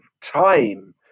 time